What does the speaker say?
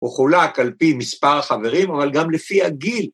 ‫הוא חולק על פי מספר חברים, ‫אבל גם לפי הגיל.